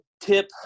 tip